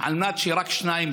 על מנת שרק שניים,